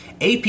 AP